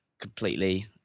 completely